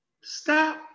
stop